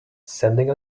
sending